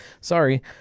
Sorry